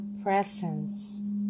presence